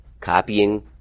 copying